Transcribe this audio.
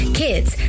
kids